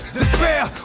despair